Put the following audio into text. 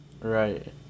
Right